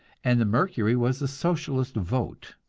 and the mercury was the socialist vote.